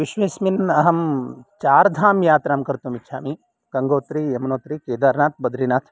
विश्वेस्मिन् अहं चार्धाम् यात्राङ्कर्तुम् इच्छामि गङ्गोत्री यमुनोत्री केदार्नाथ् बद्रीनाथ्